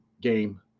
game